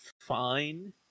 fine